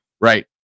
Right